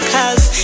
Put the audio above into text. Cause